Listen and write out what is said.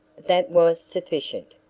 that was sufficient.